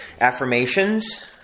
affirmations